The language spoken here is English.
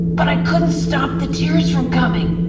but i couldn't stop the tears from coming.